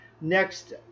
next